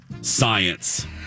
science